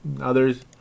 others